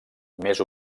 més